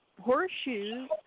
horseshoes